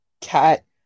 Cat